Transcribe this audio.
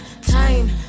time